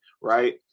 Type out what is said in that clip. right